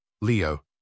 Leo